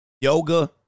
Yoga